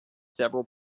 several